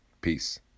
Peace